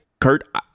Kurt